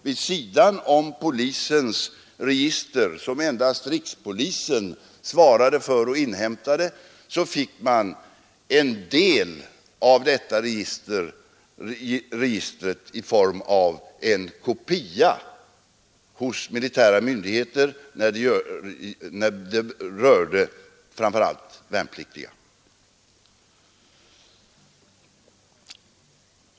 En del av polisens register, som endast rikspolisen svarade för och inhämtade uppgifter till, fanns alltså i kopia hos militära myndigheter; det rörde framför allt värnpliktiga.